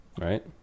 right